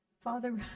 father